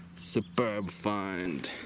superb find!